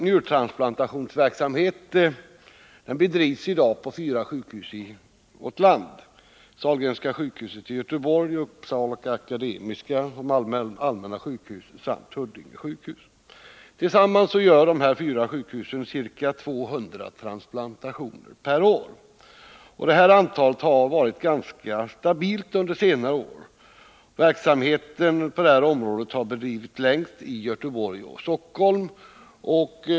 Njurtransplantationsverksamhet bedrivs i dag på fyra sjukhus i vårt land, Sahlgrenska sjukhuset i Göteborg, Akademiska sjukhuset i Uppsala, Allmänna sjukhuset i Malmö och Huddinge sjukhus i Stockholm. Tillsammans gör dessa fyra sjukhus ca 200 transplantationer per år. Detta antal har varit ganska stabilt under senare år. Verksamheten på detta område har bedrivits längst i Göteborg och Stockholm.